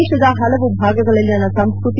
ದೇಶದ ಹಲವು ಭಾಗಗಳಲ್ಲಿನ ಸಂಸ್ಕತಿ